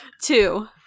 two